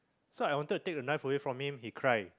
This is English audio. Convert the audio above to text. so I wanted to take the knife away from him he cried